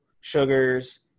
sugars